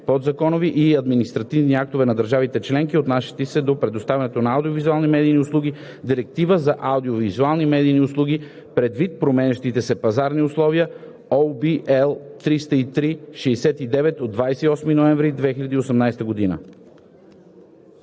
подзаконови и административни актове на държавите членки, отнасящи се до предоставянето на аудиовизуални медийни услуги (Директива за аудиовизуалните медийни услуги), предвид променящите се пазарни условия (ОB, L 303/69 от 28 ноември 2018 г.),